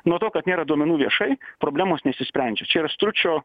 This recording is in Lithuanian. nuo to kad nėra duomenų viešai problemos nesisprendžia čia ir stručio